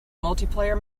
multiplayer